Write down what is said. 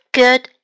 good